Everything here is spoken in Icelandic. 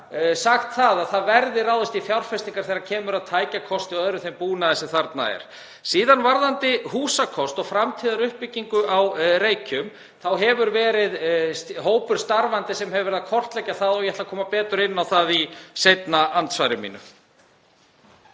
sagt að það verði ráðist í fjárfestingar þegar kemur að tækjakosti og öðrum þeim búnaði sem þarna er. Síðan varðandi húsakost og framtíðaruppbyggingu á Reykjum, þá hefur verið hópur starfandi að kortleggja það eins og ég mun koma betur inn á í seinna andsvari mínu.